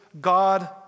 God